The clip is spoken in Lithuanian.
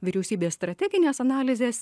vyriausybės strateginės analizės